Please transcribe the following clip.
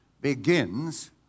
begins